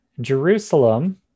Jerusalem